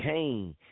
Kane